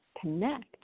connect